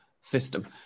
system